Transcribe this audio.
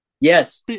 yes